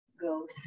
go